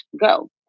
go